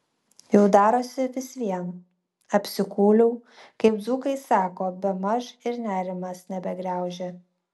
jau darosi vis vien apsikūliau kaip dzūkai sako bemaž ir nerimas nebegraužia